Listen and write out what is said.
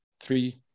three